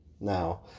now